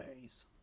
ways